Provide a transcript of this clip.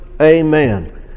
Amen